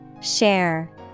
Share